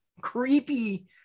creepy